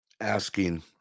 asking